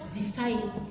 define